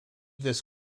this